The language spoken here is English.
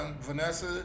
Vanessa